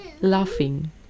laughing